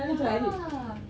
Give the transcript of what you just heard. ya lah